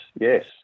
yes